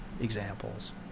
examples